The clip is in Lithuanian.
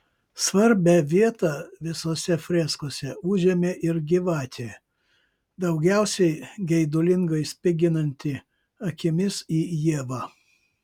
svarbią vietą visose freskose užėmė ir gyvatė daugiausiai geidulingai spiginanti akimis į ievą